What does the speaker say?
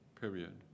period